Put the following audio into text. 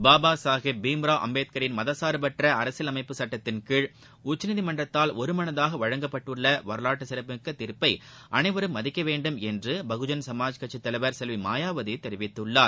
பாபா சாஹேப் பீம்ராவ் அம்பேத்கரின் மதச்சார்பற்ற அரசியல் அமைப்பு சட்டத்தின் கீழ் உச்சநீதிமன்றத்தால் ஒருமனதாக வழங்கப்பட்டுள்ள வரலாற்று சிறப்பு மிக்க தீர்ப்பை அனைவரும் மதிக்க வேண்டும் என்று பகுஜன் சமாஜ் கட்சி தலைவர் செல்வி மாயாவதி தெரிவித்துள்ளார்